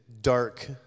dark